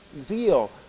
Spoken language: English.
zeal